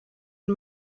and